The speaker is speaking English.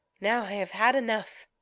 now i have had enough.